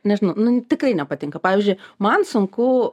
nežinau nu tikrai nepatinka pavyzdžiui man sunku